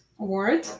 Award